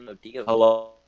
Hello